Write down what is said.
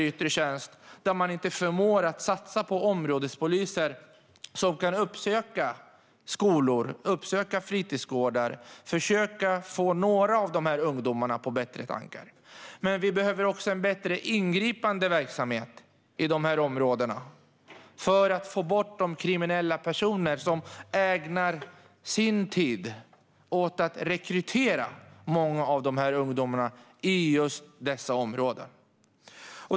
Vi behöver en verksamhet där man förmår att satsa på områdespoliser som kan uppsöka skolor och fritidsgårdar och försöka få några av de här ungdomarna på bättre tankar. Vi behöver också en bättre ingripande verksamhet i de här områdena för att få bort de kriminella personer som ägnar sin tid åt att rekrytera många av ungdomarna i just dessa områden.